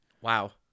Wow